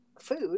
food